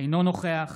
אינו נוכח